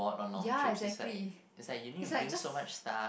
ya exactly it's like just